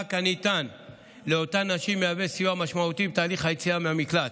המענק הניתן לאותן נשים הוא סיוע משמעותי בתהליך היציאה מהמקלט.